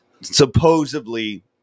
supposedly